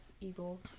evil